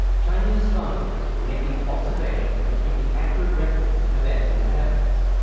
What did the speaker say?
chinese astronomers were making observations and keeping accurate records of events in the heavens.